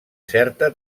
certa